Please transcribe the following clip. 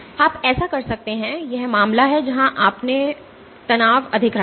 आप ऐसा कर सकते हैं यह मामला है जहां आपने अपना तनाव अधिक रखा था